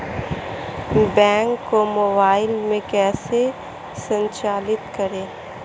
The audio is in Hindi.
बैंक को मोबाइल में कैसे संचालित करें?